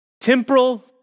Temporal